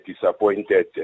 disappointed